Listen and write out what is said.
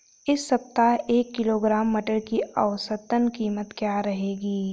इस सप्ताह एक किलोग्राम मटर की औसतन कीमत क्या रहेगी?